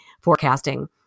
forecasting